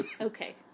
Okay